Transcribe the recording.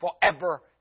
forever